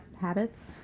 habits